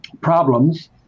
problems